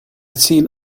seen